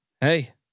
hey